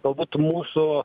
galbūt mūsų